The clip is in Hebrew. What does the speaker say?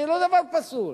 זה לא דבר פסול.